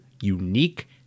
unique